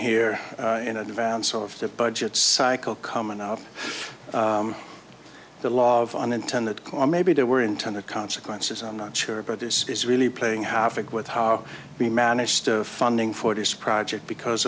here in advance of the budget cycle coming up the law of unintended climb maybe there were intended consequences on not sure but this is really playing havoc with how we managed to funding for this project because